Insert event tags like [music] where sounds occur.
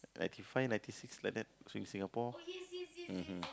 ninety five ninety six like that swing Singapore [noise] mhm